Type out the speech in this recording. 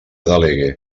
delegue